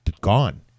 gone